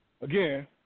again